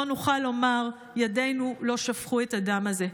לא נוכל לומר "ידינו לא שפכו את הדם הזה".